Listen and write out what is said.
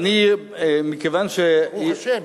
ברוך השם.